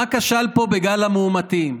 מה כשל פה בגל המאומתים?